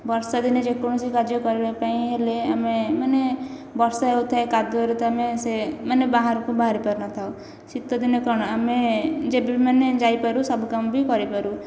ବର୍ଷା ଦିନେ ଯେକୌଣସି କାର୍ଯ୍ୟ କରିବା ପାଇଁ ହେଲେ ଆମେ ମାନେ ବର୍ଷା ହେଉଥାଏ କାଦୁଅରେ ତ ଆମେ ସେ ମାନେ ବାହାରକୁ ବାହାରିପାରି ନଥାଉ ଶୀତ ଦିନେ କ'ଣ ଆମେ ଯେବେ ମାନେ ଯାଇପାରୁ ସବୁକାମ ବି କରିପାରୁ